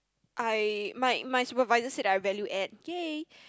I my my supervisor said that I value add !yay!